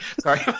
Sorry